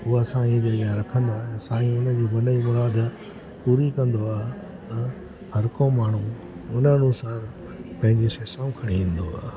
उहा साईंअ जे अॻियां रखंदो आहे साईं हुनजी मन जी मुराद पूरी कंदो आहे त हर को माण्हू हुन अनुसार पंहिंजी सेसाऊं खणी ईंदो आहे